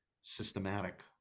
systematic